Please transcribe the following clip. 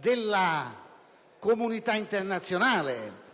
della comunità internazionale.